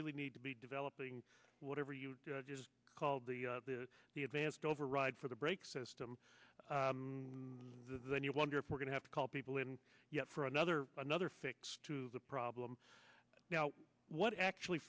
really need to be developing whatever you do is called the the the advanced override for the brake system then you wonder if we're going to have to call people in yet for another another fix to the problem now what actually